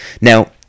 now